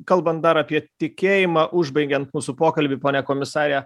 kalbant dar apie tikėjimą užbaigiant mūsų pokalbį pone komisare